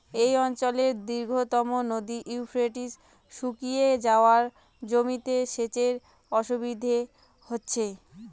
এই অঞ্চলের দীর্ঘতম নদী ইউফ্রেটিস শুকিয়ে যাওয়ায় জমিতে সেচের অসুবিধে হচ্ছে